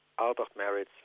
out-of-marriage